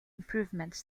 improvements